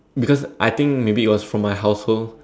because I think maybe it was from my household